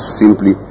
simply